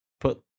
put